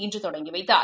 இன்றுதொடங்கிவைத்தார்